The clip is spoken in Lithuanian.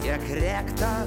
tiek rėkta